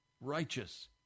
righteous